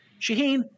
Shaheen